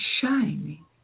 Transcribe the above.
shining